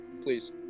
Please